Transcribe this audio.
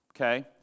Okay